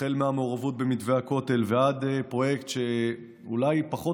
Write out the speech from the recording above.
החל מהמעורבות במתווה הכותל ועד פרויקט שאולי פחות